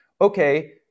okay